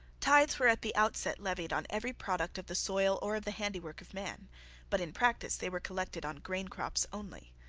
tithes were at the outset levied on every product of the soil or of the handiwork of man but in practice they were collected on grain crops only.